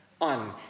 on